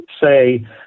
say